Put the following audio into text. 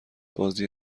بازی